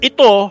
Ito